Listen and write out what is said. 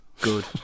Good